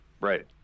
right